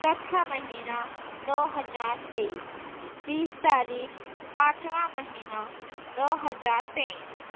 چوتھا مہینہ دو ہزار تیئس بیس تاریخ پانچواں مہینہ دو ہزار تیئس